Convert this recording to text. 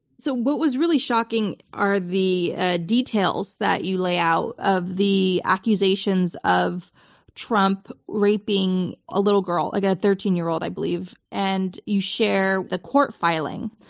so what was really shocking are the ah details that you lay out of the accusations of trump raping a little girl, like a thirteen year old, i believe. and you share the court filing.